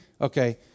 okay